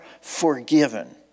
forgiven